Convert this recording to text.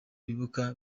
bibuka